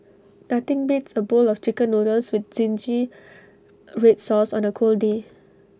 nothing beats A bowl of Chicken Noodles with Zingy Red Sauce on A cold day